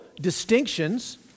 distinctions